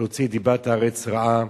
להוציא דיבת הארץ רעה,